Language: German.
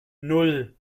nan